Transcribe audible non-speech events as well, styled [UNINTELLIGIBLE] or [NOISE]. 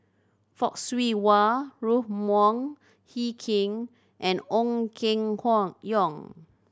Fock Siew Wah Ruth Wong Hie King and Ong Keng [UNINTELLIGIBLE] Yong